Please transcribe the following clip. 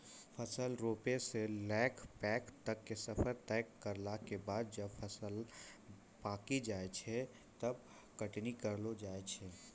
फसल रोपै स लैकॅ पकै तक के सफर तय करला के बाद जब फसल पकी जाय छै तब कटनी करलो जाय छै